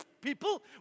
people